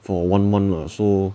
for one month lah so